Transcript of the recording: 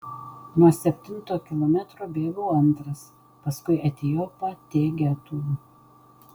nuo septinto kilometro bėgau antras paskui etiopą t getu